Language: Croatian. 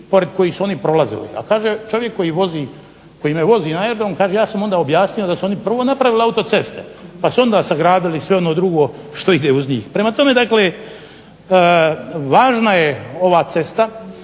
pored kojih su oni prolazili. A kaže čovjek koji vozi, koji me vozi na aerodrom, kaže ja sam onda objasnio da su oni prvo napravili autoceste, pa su onda sagradili sve ono drugo što ide uz njih. Prema tome dakle važna je ova cesta,